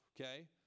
okay